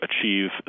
achieve